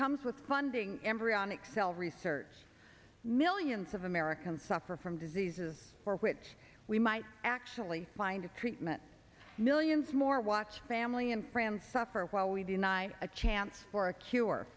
comes with funding embryonic cell research millions of americans suffer from diseases for which we might actually find a treatment millions more watch family and friends suffer while we deny a chance for a cure